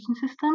system